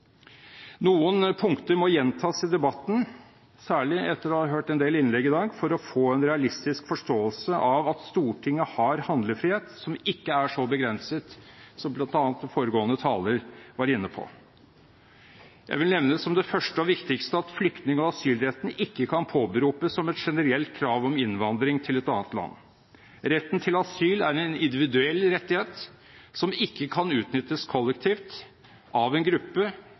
Noen punkter må gjentas i debatten, særlig etter å ha hørt en del innlegg i dag, for å få en realistisk forståelse av at Stortinget har en handlefrihet som ikke er så begrenset som bl.a. foregående taler var inne på. Jeg vil nevne som det første og viktigste at flyktning- og asylretten ikke kan påberopes som et generelt krav om innvandring til et annet land. Retten til asyl er en individuell rettighet som ikke kan utnyttes kollektivt av en gruppe